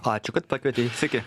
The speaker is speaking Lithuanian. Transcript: ačiū kad pakvietei sveiki